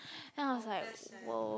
then I was like (!wow!)